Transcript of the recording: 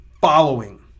following